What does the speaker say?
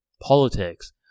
politics